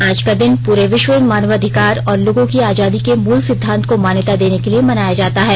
आज का दिन पूरे विश्व में मानवाधिकार और लोगों की आजादी के मूल सिद्दांत को मान्यता देने के लिए मनाया जाता है